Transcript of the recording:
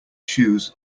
shoes